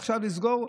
עכשיו לסגור?